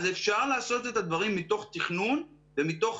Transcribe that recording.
אז אפשר לעשות את הדברים מתוך תכנון ומתוך